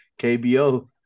KBO